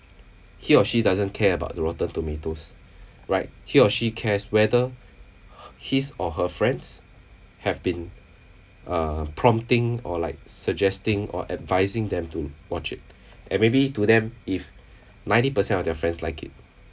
he or she doesn't care about the rotten tomatoes right he or she cares whether his or her friends have been uh prompting or like suggesting or advising them to watch it and maybe to them if ninety per cent of their friends like it